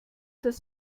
das